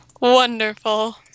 Wonderful